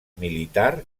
militar